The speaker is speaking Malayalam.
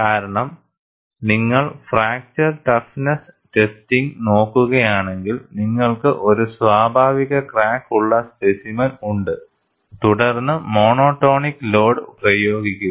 കാരണം നിങ്ങൾ ഫ്രാക്ചർ ടഫ്നെസ് ടെസ്റ്റിംഗ് നോക്കുകയാണെങ്കിൽ നിങ്ങൾക്ക് ഒരു സ്വാഭാവിക ക്രാക്ക് ഉള്ള സ്പെസിമെൻ ഉണ്ട് തുടർന്ന് മോണോടോണിക് ലോഡ് പ്രയോഗിക്കുക